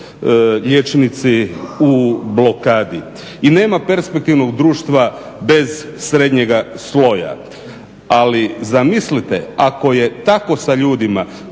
u blokadi. I nema perspektivnog društva bez srednjega sloja. Ali zamislite ako je tako sa ljudima